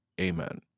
Amen